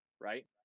right